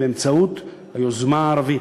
באמצעות היוזמה הערבית.